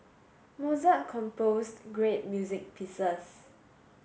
Mozart composed great music pieces